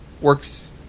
works